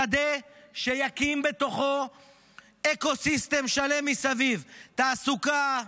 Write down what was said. השדה יקים בתוכו אקו-סיסטם שלם מסביב: תעסוקה,